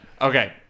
Okay